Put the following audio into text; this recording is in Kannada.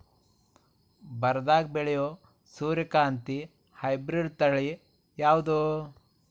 ಬರದಾಗ ಬೆಳೆಯೋ ಸೂರ್ಯಕಾಂತಿ ಹೈಬ್ರಿಡ್ ತಳಿ ಯಾವುದು?